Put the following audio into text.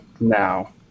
now